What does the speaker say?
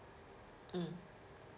mm